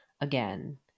again